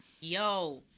Yo